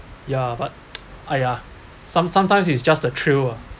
ya but !aiya! some sometimes it's just the thrill ah